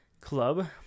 Club